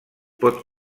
pot